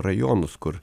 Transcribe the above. rajonus kur